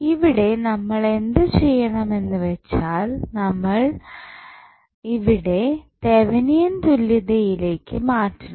ഇവിടെ നമ്മൾ എന്ത് ചെയ്യണം എന്ന് വെച്ചാൽ ഇവിടെ നമ്മൾ തെവനിയൻ തുല്യതയിലേക്ക് മാറ്റണം